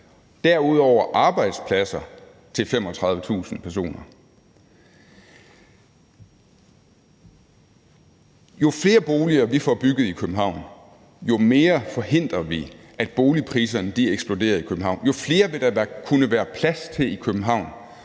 derudover arbejdspladser til 35.000 personer. Jo flere boliger vi får bygget i København, jo mere forhindrer vi, at boligpriserne eksploderer i København, jo flere vil der kunne være plads til i København,